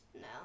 No